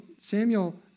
Samuel